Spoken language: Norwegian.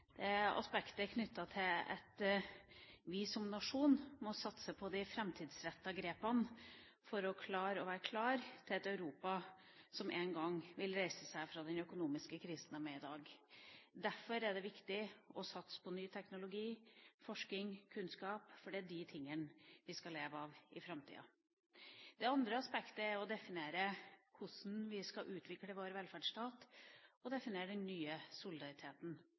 Det ene aspektet er knyttet til at vi som nasjon må satse på de framtidsrettede grepene for å være klar for et Europa som en gang vil reise seg fra den økonomiske krisen det er i i dag. Derfor er det viktig å satse på ny teknologi, forsking og kunnskap, for det er dette vi skal leve av i framtida. Det andre aspektet er å definere hvordan vi skal utvikle vår velferdsstat, og definere den nye solidariteten